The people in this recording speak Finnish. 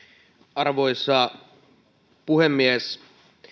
arvoisa puhemies